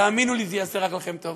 תאמינו לי, זה יעשה רק לכם טוב.